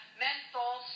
menthol